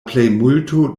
plejmulto